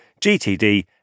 GTD